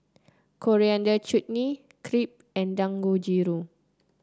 Coriander Chutney Crepe and Dangojiru